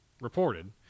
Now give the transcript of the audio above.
reported